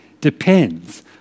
depends